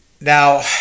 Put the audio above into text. Now